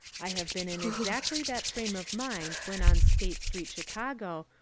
i have been in exactly that frame of mind when on state street, chicago,